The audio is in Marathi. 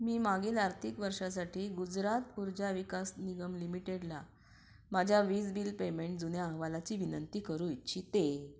मी मागील आर्थिक वर्षासाठी गुजरात ऊर्जा विकास निगम लिमिटेडला माझ्या वीज बिल पेमेंट जुन्या अहवालाची विनंती करू इच्छिते